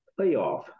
playoff